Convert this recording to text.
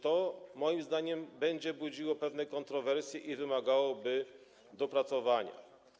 To moim zdaniem będzie budziło pewne kontrowersje i wymagałoby dopracowania.